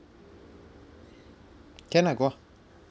can ah go ah